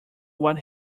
what